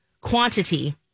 quantity